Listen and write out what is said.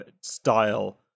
style